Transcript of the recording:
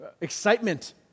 excitement